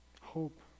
Hope